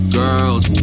girls